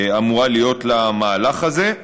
אמורה להיות למהלך הזה.